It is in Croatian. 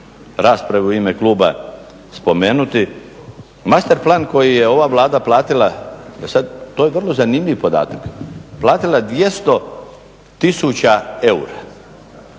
raspravi u ime Kluba spomenuti, master plan koji je ova Vlada platila, to je vrlo zanimljiv podatak, platila 200 tisuća eura,